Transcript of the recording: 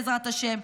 בעזרת השם,